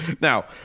Now